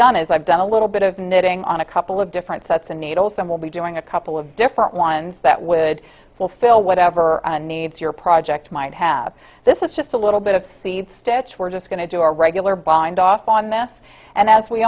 done is i've done a little bit of knitting on a couple of different sets of needles some will be doing a couple of different ones that would fulfill whatever needs your project might have this is just a little bit of seed stitch we're just going to do our regular bindoff on this and